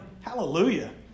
Hallelujah